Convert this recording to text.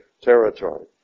territory